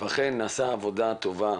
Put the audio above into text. ואכן עשה עבודה טובה,